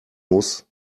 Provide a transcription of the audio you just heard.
muss